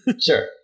sure